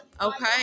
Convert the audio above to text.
okay